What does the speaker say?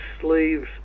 sleeves